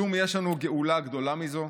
כלום יש לנו גאולה גדולה מזו?